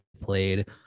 played